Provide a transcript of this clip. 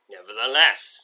Nevertheless